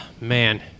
man